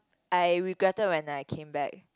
I regretted when I came back